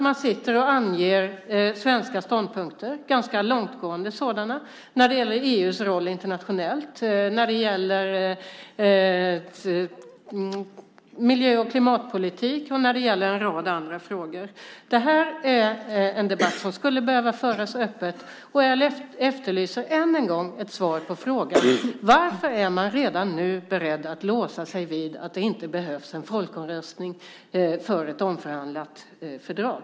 Man anger svenska ståndpunkter, ganska långtgående sådana, när det gäller EU:s roll internationellt, miljö och klimatpolitiken och en rad andra frågor. Det är en debatt som skulle behöva föras öppet, och jag efterlyser än en gång ett svar på frågan: Varför är man redan nu beredd att låsa sig vid att det inte behövs en folkomröstning om ett omförhandlat fördrag?